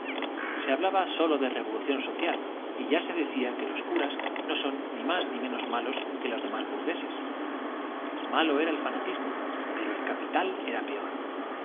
se hablaba sólo de revolución social y ya se decía que los curas no son ni más ni menos malos que los demás burgueses malo era el fanatismo pero el capital era peor